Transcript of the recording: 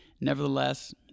Nevertheless